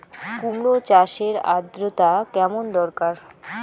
কুমড়ো চাষের আর্দ্রতা কেমন দরকার?